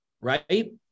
Right